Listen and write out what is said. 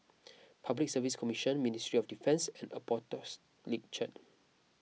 Public Service Commission Ministry of Defence and Apostolic Church